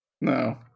No